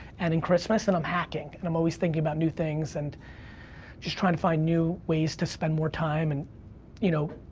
and in christmas, and i'm hacking, and i'm always thinking about new things, and just trying to find new ways to spend more time, and you know,